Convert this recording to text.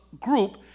group